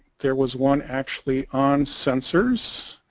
there was one actually on sensors